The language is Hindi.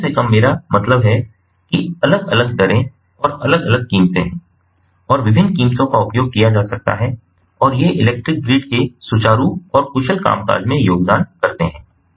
और कम से कम मेरा मतलब है कि अलग अलग दरें और अलग अलग कीमतें हैं और विभिन्न कीमतों का उपयोग किया जा सकता है और ये इलेक्ट्रिक ग्रिड के सुचारू और कुशल कामकाज में योगदान करते हैं